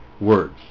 words